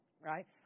Right